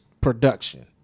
production